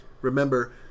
Remember